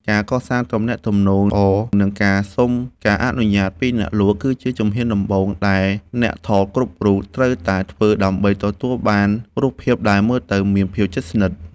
ការកសាងទំនាក់ទំនងល្អ និងការសុំការអនុញ្ញាតពីអ្នកលក់ គឺជាជំហានដំបូងដែលអ្នកថតរូបគ្រប់រូបត្រូវធ្វើដើម្បីទទួលបានរូបភាពដែលមើលទៅមានភាពជិតស្និទ្ធ។